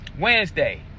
Wednesday